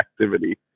activity